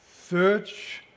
search